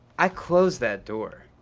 i closed that door.